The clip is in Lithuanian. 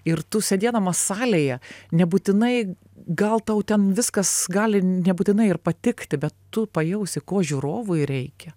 ir tu sėdėdamas salėje nebūtinai gal tau ten viskas gali nebūtinai ir patikti bet tu pajausi ko žiūrovui reikia